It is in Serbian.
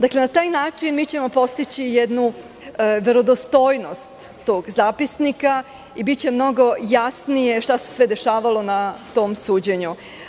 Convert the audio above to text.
Na taj način mi ćemo postići jednu verodostojnost tog zapisnika i biće mnogo jasnije šta se sve dešavalo na tom suđenju.